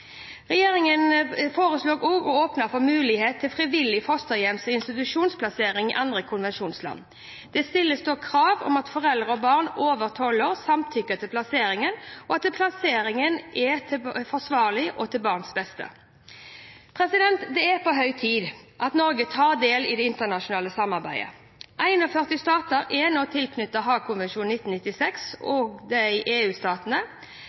Regjeringen foreslår også å åpne for mulighet til frivillig fosterhjems- og institusjonsplassering i andre konvensjonsland. Det stilles da krav om at foreldre og barn over 12 år samtykker til plasseringen, og at plasseringen er forsvarlig og til barnets beste. Det er på høy tid at Norge tar del i dette internasjonale samarbeidet. 41 stater er nå tilsluttet Haagkonvensjonen 1996, også EU-statene. Regjeringen har prioritert arbeidet med denne proposisjonen. Jeg er glad for at Stortinget i